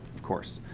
of course.